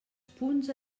punts